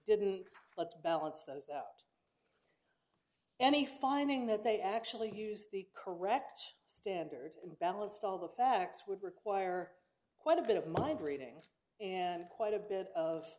didn't let's balance those out any finding that they actually use the correct standard and balanced all the facts would require quite a bit of mind reading and quite a bit